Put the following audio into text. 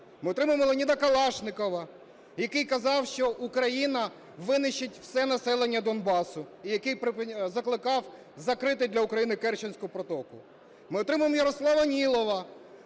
Ми отримаємо Леоніда Калашнікова, який казав, що Україна винищить все населення Донбасу і який закликав закрити для України Керченську протоку. Ми отримаємо Ярослава Нілова,